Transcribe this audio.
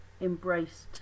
embraced